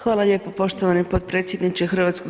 Hvala lijepo poštovani potpredsjedniče HS.